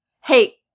hey